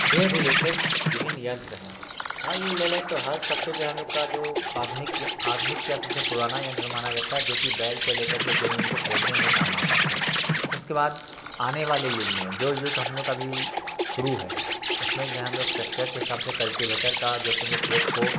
से रिलेटेड विभिन्न यंत्र हैं हल ले लें तो हल सब से जो है हम लोग का जो आधुनिक आधुनिक क्या सब से पुराना यंत्र मना जाता है जो कि बैल को ले कर के ज़मीन खोदने में काम आता था उसके बाद आने वाले युग में जो युग हम लोग का अभी सुरू है उसमें जो है हम लोग ट्रैक्टर के हिसाब से कल्टिवेटर का जो कि हमको खेत को